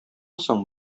соң